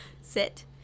Sit